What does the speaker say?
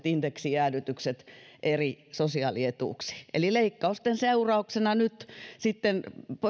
indeksijäädytykset eri sosiaalietuuksiin eli leikkausten seurauksena nyt sitten